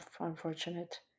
unfortunate